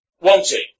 wanted